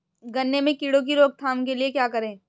गन्ने में कीड़ों की रोक थाम के लिये क्या करें?